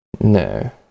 No